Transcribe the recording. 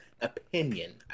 opinion